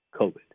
COVID